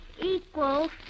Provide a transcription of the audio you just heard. equals